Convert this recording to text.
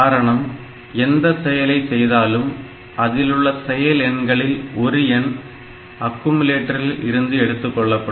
காரணம் எந்த செயலை செய்தாலும் அதிலுள்ள செயல் எண்களில் ஒரு எண் அக்குயுமுலேட்டரில் இருந்து எடுத்துக்கொள்ளப்படும்